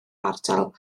ardal